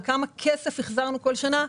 כמה כסף החזרנו כל שנה.